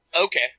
okay